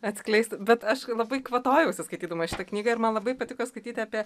atskleisti bet aš labai kvatojausi skaitydama šitą knygą ir man labai patiko skaityti apie